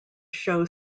show